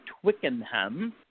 Twickenham